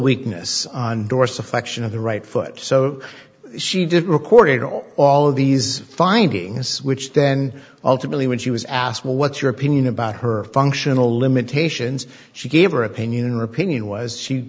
weakness on doris affection of the right foot so she didn't record all all of these findings which then ultimately when she was asked well what's your opinion about her functional limitations she gave her opinion repinning was she